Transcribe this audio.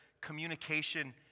communication